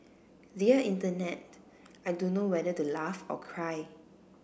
dear Internet I don't know whether to laugh or cry